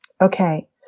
Okay